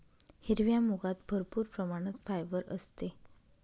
हिरव्या मुगात भरपूर प्रमाणात फायबर असते